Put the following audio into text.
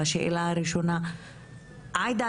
השאלה הראשונה הייתה "עאידה,